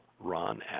ron